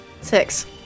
Six